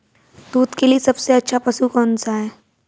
दूध के लिए सबसे अच्छा पशु कौनसा है?